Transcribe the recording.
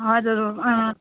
हजुर अँ